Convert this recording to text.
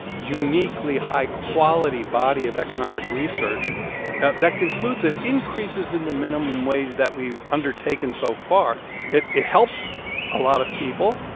uniquely high-quality body of economic research that concludes that increases in the minimum wage that we've undertaken so far it it helps a lot of people.